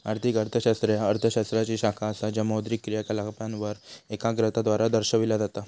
आर्थिक अर्थशास्त्र ह्या अर्थ शास्त्राची शाखा असा ज्या मौद्रिक क्रियाकलापांवर एकाग्रता द्वारा दर्शविला जाता